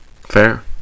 fair